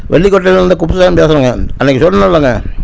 வெள்ளிக்கோட்டையிலிருந்து குப்புசாமி பேசுறேங்க அன்றைக்கு சொன்னேனில்லிங்க